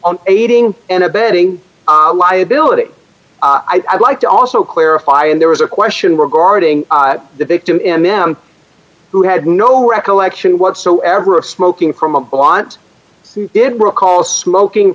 on aiding and abetting liability i'd like to also clarify and there was a question regarding the victim in them who had no recollection whatsoever of smoking from a want he did recall smoking